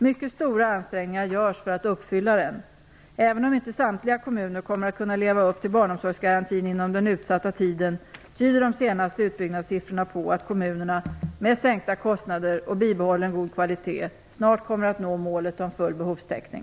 Mycket stora ansträngningar görs för att uppfylla den. Även om inte samtliga kommuner kommer att kunna leva upp till barnomsorgsgarantin inom den utsatta tiden, tyder de senaste utbyggnadssiffrorna på att kommunerna, med sänkta kostnader och bibehållen god kvalitet, snart kommer att nå målet om full behovstäckning.